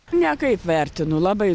nekaip vertinu labai